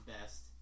best